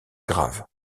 grave